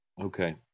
Okay